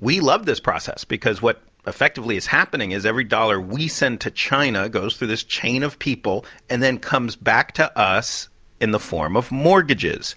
we love this process because what effectively is happening is every dollar we send to china goes through this chain of people and then comes back to us in the form of mortgages